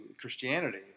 Christianity